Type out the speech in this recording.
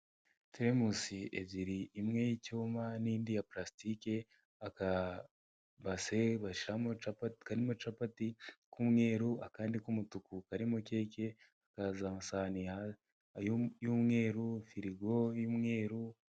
Tirimusi ebyiri imwe y'icyuma n'indi ya parasitike, akabase bashyiramo capati k'amacapati k'umweru akandi k'umutuku karimo keke hakazaamasahani y'umweru firigo y'umweru.